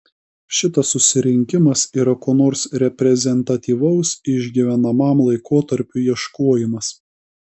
šitas susirinkimas yra ko nors reprezentatyvaus išgyvenamam laikotarpiui ieškojimas